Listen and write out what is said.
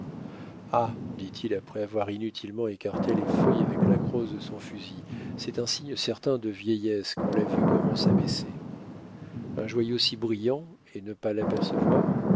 ah dit-il après avoir inutilement écarté les feuilles avec la crosse de son fusil c'est un signe certain de vieillesse quand la vue commence à baisser un joyau si brillant et ne pas l'apercevoir